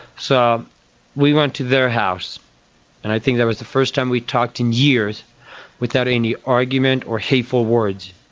so we went to their house and i think that was the first time we had talked in years without any argument or hateful words,